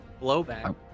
...blowback